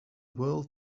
world